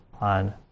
on